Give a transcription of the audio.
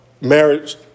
marriage